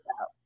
out